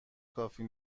کافی